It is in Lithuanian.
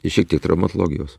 ir šiek tiek traumatologijos